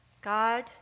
God